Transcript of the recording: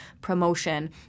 promotion